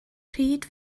pryd